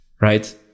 right